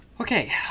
Okay